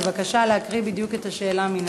בבקשה להקריא בדיוק את השאלה מן הדף.